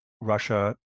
Russia